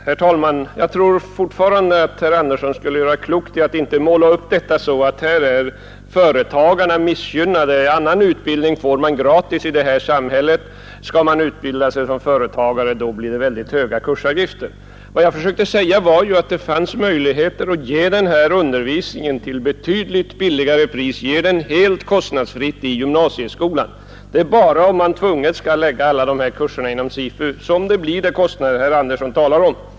Herr talman! Jag tror fortfarande att herr Andersson i Örebro skulle göra klokt i att inte måla upp detta så att företagarna är missgynnade. Annan utbildning får man gratis här i samhället, men skall man utbilda sig som företagare blir det ytterst höga kursavgifter, säger han. Vad jag försökte säga var att det fanns möjligheter att ge denna undervisning till betydligt billigare pris — helt kostnadsfritt — i gymnasieskolan. Det är bara om man nödvändigtvis skall lägga alla dessa kurser inom SIFU som det blir de kostnader som herr Andersson talar om.